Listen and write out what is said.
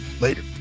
later